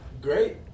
great